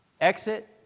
Exit